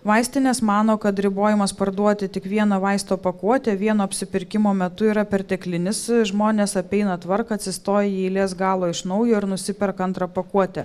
vaistinės mano kad ribojimas parduoti tik vieno vaisto pakuotę vieno apsipirkimo metu yra perteklinis žmonės apeina tvarką atsistoja į eilės galą iš naujo ir nusiperka antrą pakuotę